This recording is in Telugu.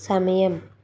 సమయం